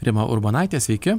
rima urbonaitė sveiki